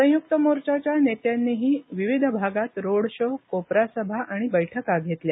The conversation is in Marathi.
संयुक्त मोर्चाच्या नेत्यांनीही विविध भागात रोड शो कोपरा सभा आणि बैठका तल्या